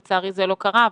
לצערי, זה לא קרה.